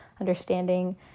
understanding